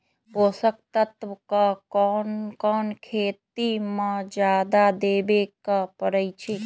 पोषक तत्व क कौन कौन खेती म जादा देवे क परईछी?